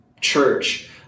church